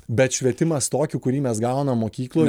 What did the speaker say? bet švietimas tokį kurį mes gaunam mokykloj